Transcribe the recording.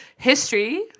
History